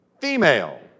female